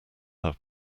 have